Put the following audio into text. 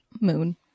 moon